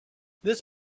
this